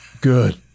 good